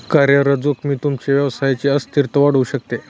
कार्यरत जोखीम तुमच्या व्यवसायची अस्थिरता वाढवू शकते